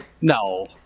No